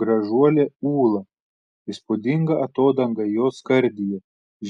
gražuolė ūla įspūdinga atodanga jos skardyje